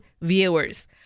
viewers